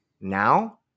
Now